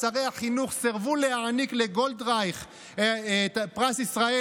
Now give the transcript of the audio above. שרי החינוך סירבו להעניק לגולדרייך את פרס ישראל